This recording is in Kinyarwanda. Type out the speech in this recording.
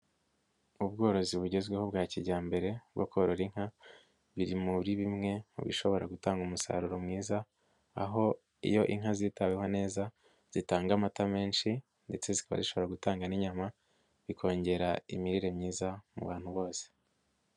Ubworozi bugezweho bwa kijyambere bwo korora inka, biri muri bimwe mu bishobora gutanga umusaruro mwiza, aho iyo inka zitaweho neza, zitanga amata menshi ndetse zikaba zishobora gutanga n’inyama, bikongera imirire myiza mu bantu bose.